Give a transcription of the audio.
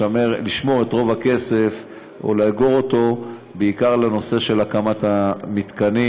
היא בעצם לשמור את רוב הכסף או לאגור אותו בעיקר לנושא של הקמת המתקנים,